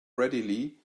readily